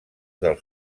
del